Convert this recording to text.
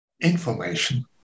information